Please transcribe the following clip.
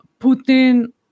Putin